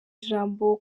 ijambo